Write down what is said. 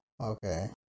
Okay